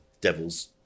devil's